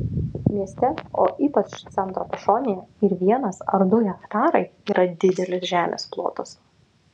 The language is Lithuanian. mieste o ypač centro pašonėje ir vienas ar du hektarai yra didelis žemės plotas